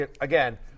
again